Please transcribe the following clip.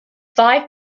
five